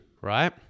right